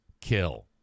Kill